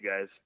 guys